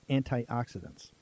antioxidants